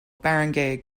barangay